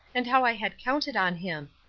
and how i had counted on him,